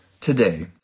today